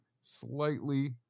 slightly